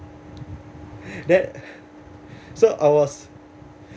that so I was